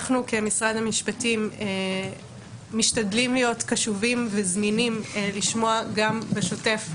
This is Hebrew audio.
אנחנו כמשרד המשפטים משתדלים להיות קשובים וזמינים לשמוע גם בשוטף,